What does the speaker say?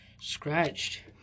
scratched